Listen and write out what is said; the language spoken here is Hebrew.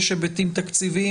יש היבטים תקציביים,